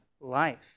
life